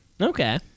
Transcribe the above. Okay